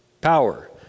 Power